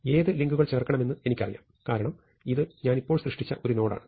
ഏത് ലിങ്കുകൾ ചേർക്കണമെന്ന് എനിക്കറിയാം കാരണം ഇത് ഞാൻ ഇപ്പോൾ സൃഷ്ടിച്ച ഒരു നോഡാണ്